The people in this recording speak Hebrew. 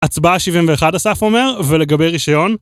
הצבעה 71 אסף אומר, ולגבי רישיון...